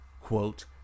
quote